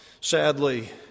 sadly